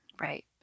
Right